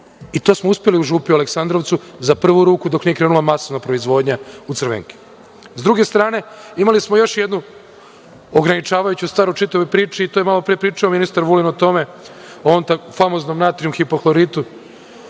To smo uspeli u „Župi“ u Aleksandrovcu za prvu ruku dok nije krenula masovna proizvodnja u Crvenki.S druge strane, imali smo još jednu ograničavajuću stvar u čitavoj priči i to je malo pre pričao ministar Vulin o tome, o ovom famoznom natrijum-hipohloritu.